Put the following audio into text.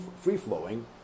free-flowing